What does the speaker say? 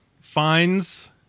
finds